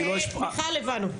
מיכל, הבנו.